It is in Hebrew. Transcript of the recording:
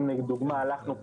אם לדוגמא אנחנו,